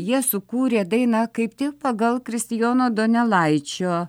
jie sukūrė dainą kaip tik pagal kristijono donelaičio